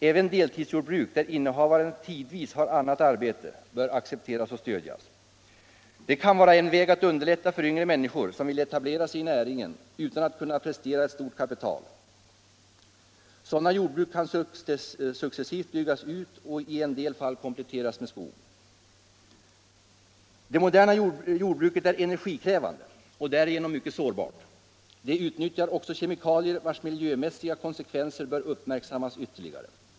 Även deltidsjordbruk, där innehavaren tidvis har annat arbete, bör accepteras och stödjas. Det kan vara en väg att underlätta för yngre människor som vill etablera sig i näringen utan att kunna prestera ett stort kapital. Sådana jordbruk kan successivt byggas ut och i en del fall kompletteras med skog. Det moderna jordbruket är energikrävande och därigenom mycket sårbart. Det utnyttjar också kemikalier, vilkas miljömässiga konsekvenser bör uppmärksammas ytterligare.